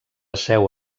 seu